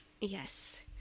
Yes